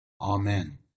amen